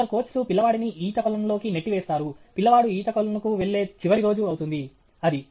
కొందరు కోచ్ లు పిల్లవాడిని ఈత కొలనులోకి నెట్టి వేస్తారు పిల్లవాడు ఈత కొలనుకు వెళ్ళే చివరి రోజు అవుతుంది అది